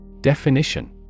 Definition